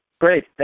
Great